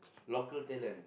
local talent